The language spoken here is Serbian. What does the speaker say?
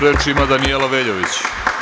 Reč ima Danijela Veljović.